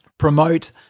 Promote